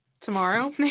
tomorrow